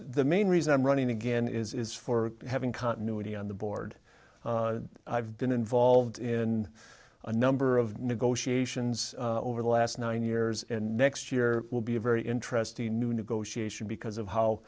the main reason i'm running again is is for having continuity on the board i've been involved in a number of negotiations over the last nine years and next year will be a very interesting new negotiation because of how